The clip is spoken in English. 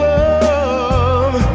love